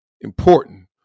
important